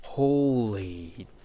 Holy